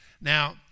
now